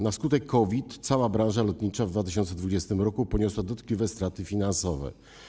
Na skutek COVID cała branża lotnicza w 2020 r. poniosła dotkliwe straty finansowe.